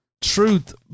truth